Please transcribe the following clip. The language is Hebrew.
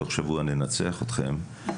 תוך שבוע ננצח אתכם,